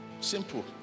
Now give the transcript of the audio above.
Simple